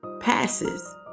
passes